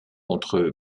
contre